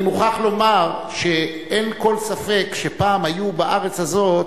אני מוכרח לומר שאין כל ספק שפעם בארץ הזאת